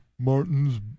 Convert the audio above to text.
Martin's